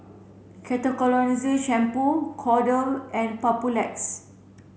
Ketoconazole Shampoo Kordel and Papulex